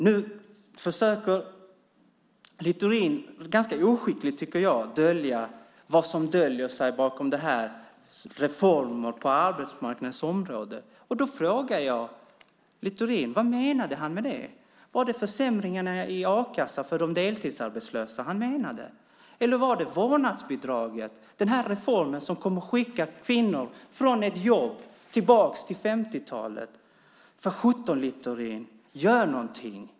Nu försöker Littorin, ganska oskickligt, tycker jag, dölja vad som döljer sig bakom reformer på arbetsmarknadens område. Då frågar jag Littorin: Vad menade han med det? Var det försämringarna i a-kassa för de deltidsarbetslösa han menade? Eller var det vårdnadsbidraget, den reform som kommer att skicka kvinnor från ett jobb tillbaka till 50-talet? För sjutton Littorin, gör någonting!